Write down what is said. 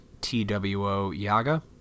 TWOYaga